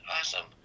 awesome